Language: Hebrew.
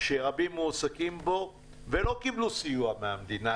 שרבים מועסקים בו ולא קיבלו סיוע מהמדינה.